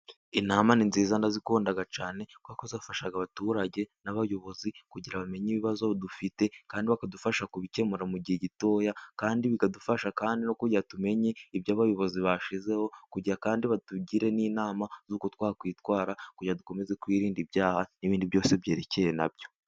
Inama ni nziza ndazikundaga cyane, kuko zifasha abaturage n'abayobozi kugira bamenye ibibazo dufite, kandi bakadufasha kubikemura mu gihe gitoya, kandi bikadufasha kandi no kugira tumenya ibyo abayobozi bashyizeho, kugira kandi batugire n'inama z'uko twakwitwara, kugira dukomeze kwirinda ibyaha n'ibindi byose byerekeranye nabyo.